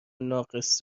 ناقص